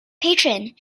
patron